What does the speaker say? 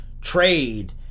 trade